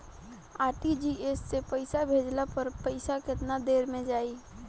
RTGS से पईसा भेजला पर पईसा केतना देर म जाई?